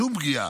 שום פגיעה,